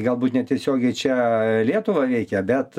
galbūt netiesiogiai čia lietuvą veikia bet